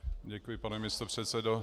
Děkuji, pane místopředsedo.